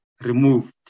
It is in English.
removed